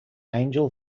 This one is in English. angel